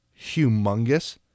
humongous